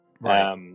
Right